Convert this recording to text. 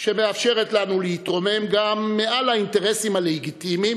שמאפשרת לנו להתרומם גם מעל לאינטרסים הלגיטימיים